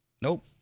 nope